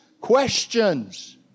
questions